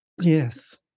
yes